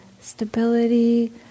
stability